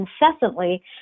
incessantly